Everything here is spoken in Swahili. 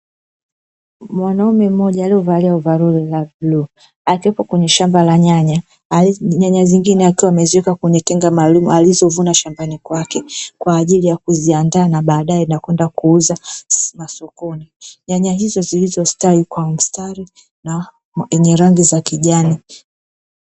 Mwanaume mmoja aliyevalia ovaroli la bluu, akiwepo kwenye shamba la nyanya. Nyanya zingine akiwa ameziweka kwenye tenga maalumu alizovuna shambani kwake kwa ajili ya kuziandaa na baadaye na kwenda kuuza masokoni. Nyanya hizo zilizostawi kwa mstari na zenye rangi ya kijani.